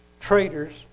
traitors